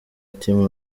team